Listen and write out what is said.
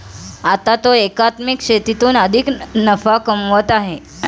आता तो एकात्मिक शेतीतून अधिक नफा कमवत आहे